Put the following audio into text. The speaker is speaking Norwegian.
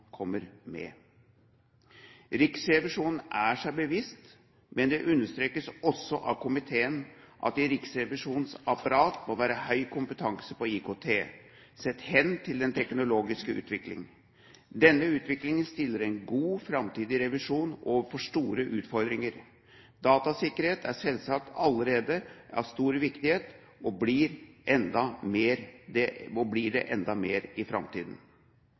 kommer med. Riksrevisjonen er seg bevisst – men det understrekes også av komiteen – at det i Riksrevisjonens apparat må være høy kompetanse på IKT, sett hen til den teknologiske utvikling. Denne utviklingen stiller en god framtidig revisjon overfor store utfordringer. Datasikkerhet er selvsagt allerede av stor viktighet og blir det enda mer